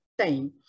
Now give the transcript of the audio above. time